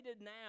now